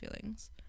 feelings